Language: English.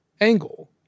angle